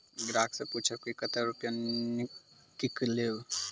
ग्राहक से पूछब की कतो रुपिया किकलेब?